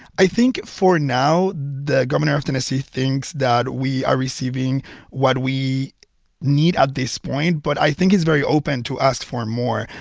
i think for now, the governor of tennessee thinks that we are receiving what we need at this point. but i think he's very open to ask for more,